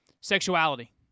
sexuality